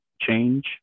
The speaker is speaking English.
change